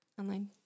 online